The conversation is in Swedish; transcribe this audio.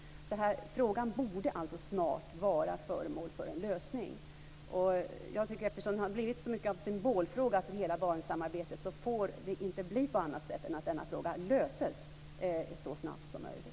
Frågan borde alltså snart vara föremål för en lösning. Eftersom det har blivit en sådan stark symbolfråga för hela Barentssamarbetet får det inte bli på annat sätt än att denna fråga löses så snabbt som möjligt.